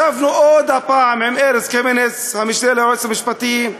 ישבנו עוד פעם עם ארז קמיניץ, המשנה ליועץ המשפטי,